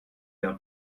d’un